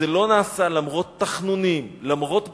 זה לא נעשה, למרות תחנונים, למרות בקשות,